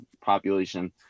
population